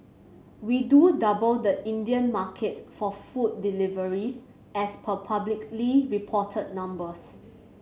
we do double the Indian market for food deliveries as per publicly reported numbers